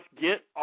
get